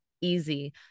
easy